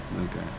Okay